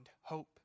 hope